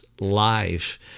life